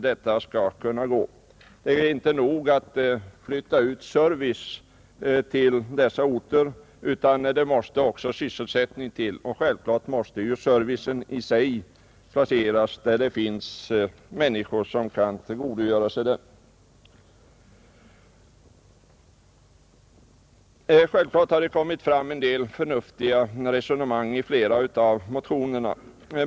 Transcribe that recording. Det är inte nog att flytta ut service till dessa orter, utan det behövs också sysselsättning, och självfallet måste servicen placeras där det finns människor som kan tillgodogöra sig den, Givetvis har det kommit fram en del förnuftiga resonemang i flera av motionerna.